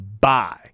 bye